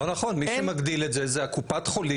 לא נכון, מי שמגדיל את זה זה קופת החולים.